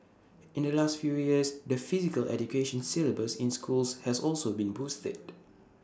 in the last few years the physical education syllabus in schools has also been boosted